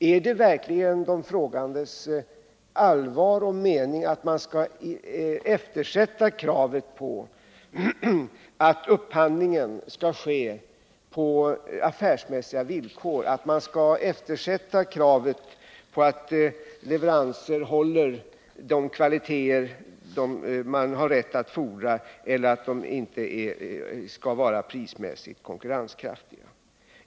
Är det verkligen de frågandes allvar och mening att man skall eftersätta kravet på att upphandlingen skall ske på affärsmässiga villkor, att man skall eftersätta kravet på att leveranser håller den kvalitet man har rätt att fordra eller att de skall vara prismässigt konkurrenskraftiga?